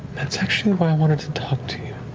that's actually why i wanted to talk to you.